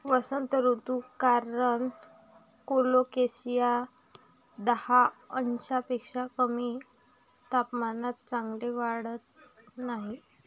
वसंत ऋतू कारण कोलोकेसिया दहा अंशांपेक्षा कमी तापमानात चांगले वाढत नाही